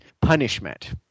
punishment